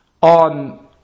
on